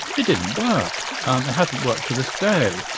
it didn't work. and it hasn't worked to this day.